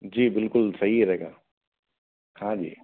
जी बिल्कुल सही रहेगा हाँ जी